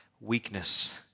weakness